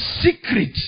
secret